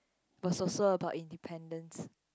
was also about independence